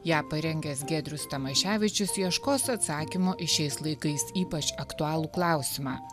ją parengęs giedrius tamaševičius ieškos atsakymo į šiais laikais ypač aktualų klausimą